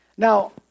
Now